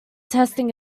testing